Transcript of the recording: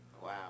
Wow